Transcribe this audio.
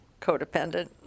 Codependent